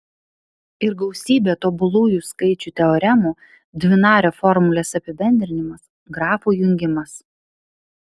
ir gausybė tobulųjų skaičių teoremų dvinario formulės apibendrinimas grafų jungimas